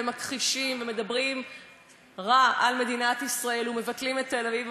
ומכחישים ומדברים רע על מדינת ישראל ומבטלים את תל-אביב,